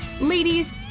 Ladies